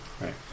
Right